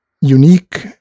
unique